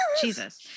Jesus